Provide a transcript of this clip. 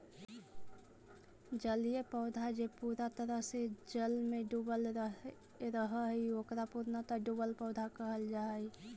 जलीय पौधा जे पूरा तरह से जल में डूबल रहऽ हई, ओकरा पूर्णतः डुबल पौधा कहल जा हई